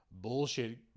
bullshit